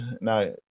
now